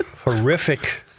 horrific